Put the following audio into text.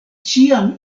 ĉiam